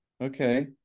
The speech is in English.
Okay